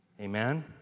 Amen